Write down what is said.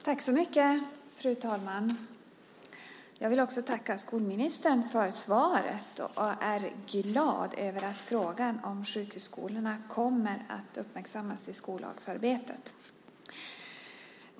Fru talman! Jag vill tacka skolministern för svaret och är glad över att frågan om sjukhusskolorna kommer att uppmärksammas i skollagsarbetet.